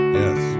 yes